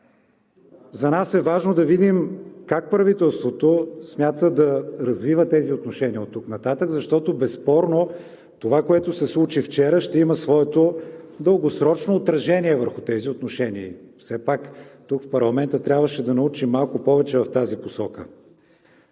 За нас е важно да видим как правителството смята да развива тези отношения оттук нататък, защото безспорно това, което се случи вчера, ще има своето дългосрочно отражение върху тези отношения. Все пак тук, в парламента, трябваше да научим малко повече в тази посока.